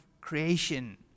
creation